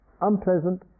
unpleasant